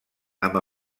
amb